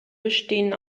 bestehen